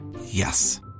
Yes